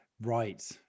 Right